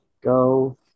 go